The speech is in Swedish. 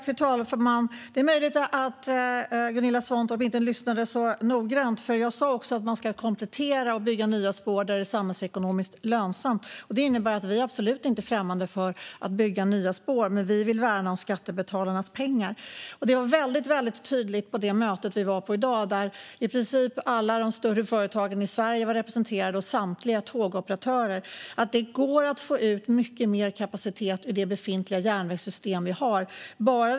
Fru talman! Det är möjligt att Gunilla Svantorp inte lyssnade så noggrant. Jag sa nämligen också att man ska komplettera och bygga nya spår där det är samhällsekonomiskt lönsamt, och det innebär att vi absolut inte är främmande för att bygga nya spår. Vi vill dock värna skattebetalarnas pengar. På det möte vi var på i dag och där i princip alla de större företagen i Sverige var representerade, liksom samtliga tågoperatörer, var det väldigt tydligt att det går att få ut mycket mer kapacitet ur det befintliga järnvägssystem vi har.